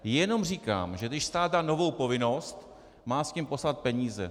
Jenom říkám, že když stát dá novou povinnost, má s tím poslat peníze.